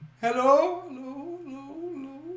Hello